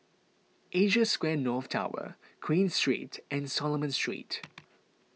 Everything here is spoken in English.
Asia Square North Tower Queen Street and Solomon Street